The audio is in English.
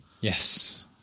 Yes